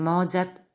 Mozart